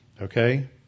Okay